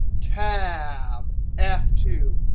tab f two.